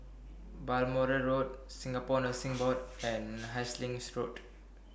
Balmoral Road Singapore Nursing Board and Hastings Road